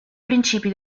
principi